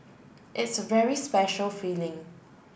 it's a very special feeling